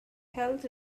health